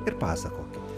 ir pasakokite